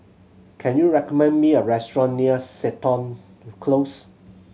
can you recommend me a restaurant near Seton Close